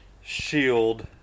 shield